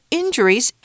injuries